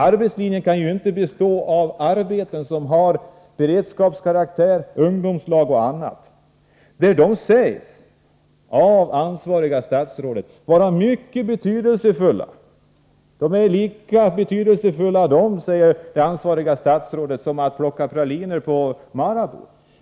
Arbetslinjen kan inte gälla enbart arbeten som har beredskapskaraktär, ungdomslag och annat. Sådana arbeten sägs av det ansvariga statsrådet vara mycket betydelsefulla, lika betydelsefulla som att plocka praliner på Marabou.